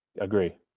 Agree